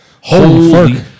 Holy